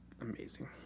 amazing